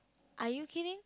are you kidding